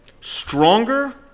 stronger